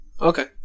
Okay